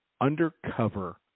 undercover